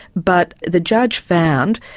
but the judge found,